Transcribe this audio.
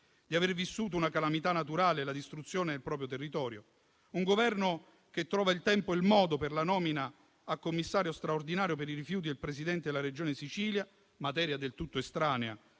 di aver vissuto una calamità naturale e la distruzione del proprio territorio. Un Governo che trova il tempo e il modo per la nomina a commissario straordinario per i rifiuti del Presidente della Regione Sicilia, materia del tutto estranea